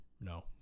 no